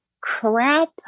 Crap